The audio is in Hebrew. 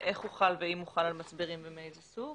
איך הוא חל, ואם הוא חל, על מצברים ומאיזה סוג.